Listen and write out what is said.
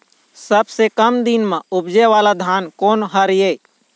सबसे कम दिन म उपजे वाला धान कोन हर ये?